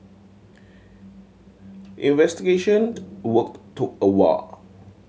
investigation worked took a wall